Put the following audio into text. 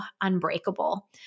unbreakable